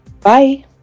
Bye